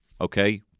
Okay